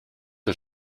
der